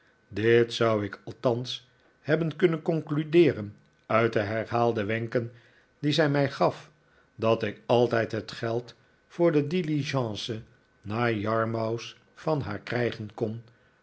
dit zou ik althans hebben kunnen concludeeren uit de herhaalde wenken die zij mij gaf dat ik altijd het geld voor de diligence naar yarmouth van haar krijgen kon